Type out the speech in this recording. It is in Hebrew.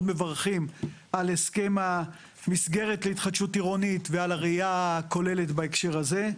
מברכים על הסכם המסגרת להתחדשות עירונית ועל הראיה הכוללת בהקשר הזה.